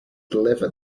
deliver